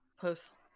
post